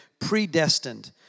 predestined